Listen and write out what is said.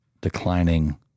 declining